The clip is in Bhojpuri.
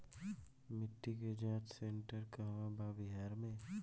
मिटी के जाच सेन्टर कहवा बा बिहार में?